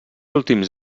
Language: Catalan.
últims